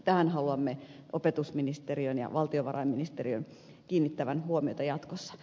tähän haluamme opetusministeriön ja valtiovarainministeriön kiinnittävän huomiota jatkossa